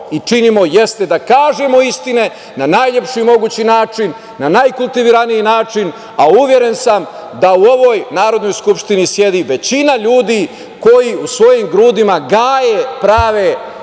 i činimo jeste da kažemo istine na najlepši mogući način, na najkultiviraniji način, a uveren sam da u ovoj Narodnoj skupštini sedi većina ljudi koji u svojim grudima gaje prave